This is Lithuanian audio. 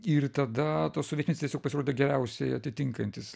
ir tada to sovietmetis tiesiog pasirodė geriausiai atitinkantis